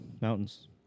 Mountains